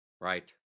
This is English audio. right